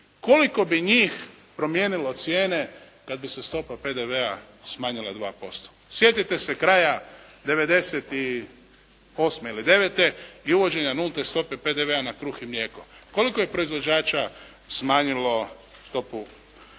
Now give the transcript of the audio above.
koliko bi njih promijenilo cijene kad bi se stopa PDV-a smanjila 2%. Sjetite se kraja devedeset osme ili devete i uvođenja nulte stope PDV-a na kruh i mlijeko. Koliko je proizvođača smanjilo stopu ovoga.